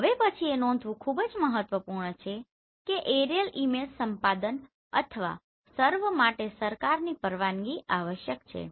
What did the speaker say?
હવે પછી એ નોંધવું ખૂબ જ મહત્વપૂર્ણ છે કે એરિઅલ ઈમેજ સંપાદન અથવા સર્વે માટે સરકારની પરવાનગી આવશ્યક છે